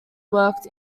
work